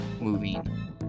Moving